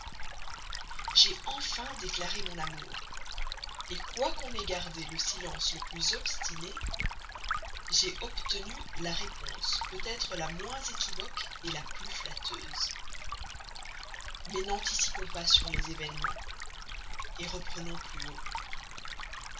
j'ai enfin déclaré mon amour quoiqu'on ait gardé le silence le plus obstiné j'ai obtenu la réponse peut-être la moins équivoque la plus flatteuse mais n'anticipons pas sur les événements reprenons de plus haut